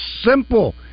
simple